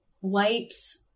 wipes